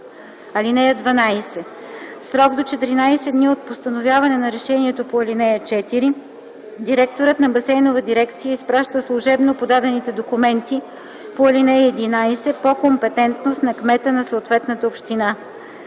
(12) В срок до 14 дни от постановяване на решението по ал. 4 директорът на басейнова дирекция изпраща служебно подадените документи по ал. 11 по компетентност на кмета на съответната община.